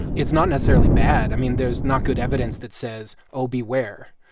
it's not necessarily bad. i mean, there's not good evidence that says, oh, beware.